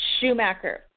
Schumacher